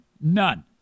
None